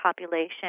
population